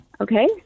Okay